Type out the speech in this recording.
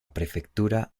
prefectura